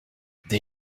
des